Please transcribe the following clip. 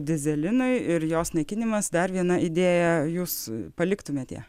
dyzelinui ir jos naikinimas dar viena idėja jūs paliktumėt ją